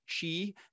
chi